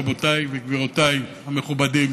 רבותיי וגבירותיי המכובדים,